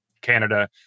Canada